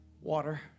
Water